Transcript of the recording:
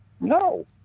No